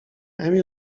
emil